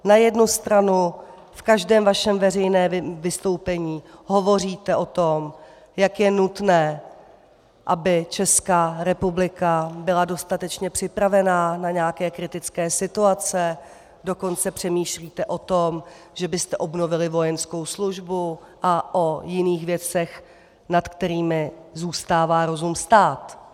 Na jednu stranu v každém svém veřejném vystoupení hovoříte o tom, jak je nutné, aby Česká republika byla dostatečně připravena na nějaké kritické situace, dokonce přemýšlíte o tom, že byste obnovili vojenskou službu, a o jiných věcech, nad kterými zůstává rozum stát.